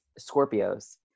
Scorpios